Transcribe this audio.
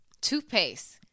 toothpaste